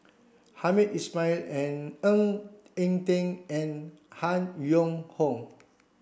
Hamed Ismail and Ng Eng Teng and Han Yong Hong